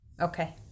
Okay